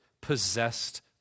possessed